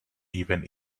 even